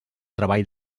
treball